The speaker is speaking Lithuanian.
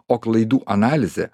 o klaidų analizė